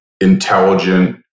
intelligent